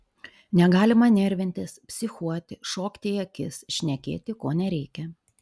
negalima nervintis psichuoti šokti į akis šnekėti ko nereikia